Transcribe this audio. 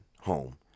home